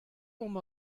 emaomp